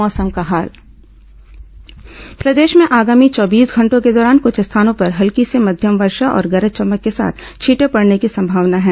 मौसम प्रदेश में आगामी चौबीस घंटों के दौरान कुछ स्थानों पर हल्की से मध्यम वर्षा और गरज चमक के साथ छींटे पडने की संभावना है